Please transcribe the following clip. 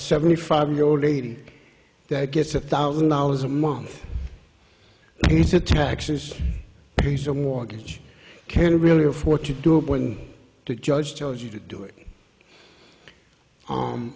seventy five year old lady that gets a thousand dollars a month he said taxes he's a mortgage can really afford to do it when to judge tells you to do it on